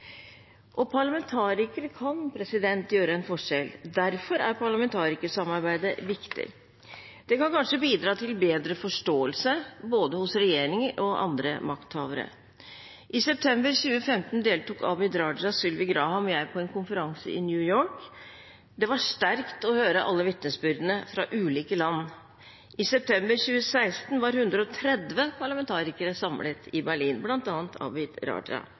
åpnet. Parlamentarikere kan gjøre en forskjell. Derfor er parlamentarikersamarbeidet viktig. Det kan kanskje bidra til bedre forståelse hos både regjeringer og andre makthavere. I september 2015 deltok Abid Q. Raja, Sylvi Graham og jeg på en konferanse i New York. Det var sterkt å høre alle vitnesbyrdene fra ulike land. I september 2016 var 130 parlamentarikere samlet i Berlin, bl.a. Abid Q. Raja,